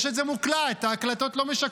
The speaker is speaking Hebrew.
יש את זה מוקלט, ההקלטות לא משקרות.